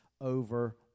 over